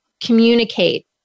communicate